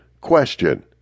Question